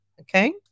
Okay